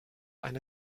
eine